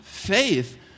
faith